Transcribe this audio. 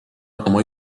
oma